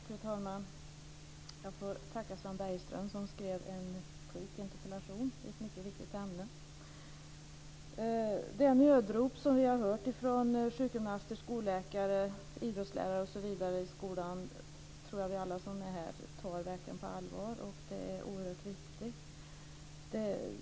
Fru talman! Jag får tacka Sven Bergström som skrev en klok interpellation i ett mycket viktigt ämne. Det nödrop som vi har hört från sjukgymnaster, skolläkare, idrottslärare m.fl. i skolan tror jag att alla vi som är här verkligen tar på allvar. Det är oerhört viktigt.